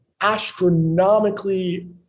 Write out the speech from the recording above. astronomically